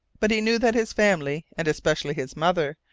but he knew that his family, and especially his mother,